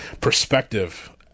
perspective